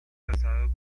casado